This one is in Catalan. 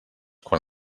quan